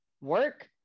work